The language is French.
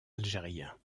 algérien